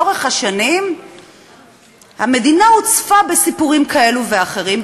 לאורך השנים המדינה הוצפה בסיפורים כאלה ואחרים,